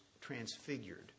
transfigured